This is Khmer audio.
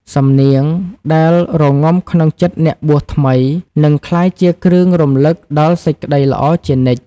សំនៀងដែលរងំក្នុងចិត្តអ្នកបួសថ្មី នឹងក្លាយជាគ្រឿងរំលឹកដល់សេចក្ដីល្អជានិច្ច។